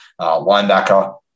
Linebacker